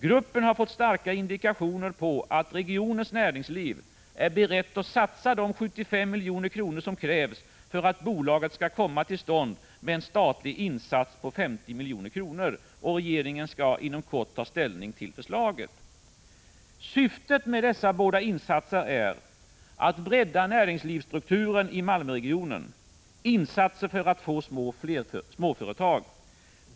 Gruppen har fått starka indikationer på att regionens näringsliv är berett att satsa de 75 milj.kr. som krävs för att bolaget skall komma till stånd med en statlig insats på 50 milj.kr. Regeringen skall inom kort ta ställning till förslaget. Syftet med dessa båda insatser är att bredda näringslivsstrukturen i Malmöregionen — insatser för att få fler småföretag.